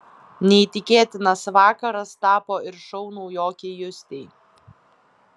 neįtikėtinas vakaras tapo ir šou naujokei justei